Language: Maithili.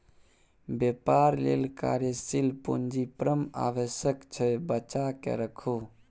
बेपार लेल कार्यशील पूंजी परम आवश्यक छै बचाकेँ राखू